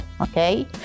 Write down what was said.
okay